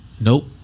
Nope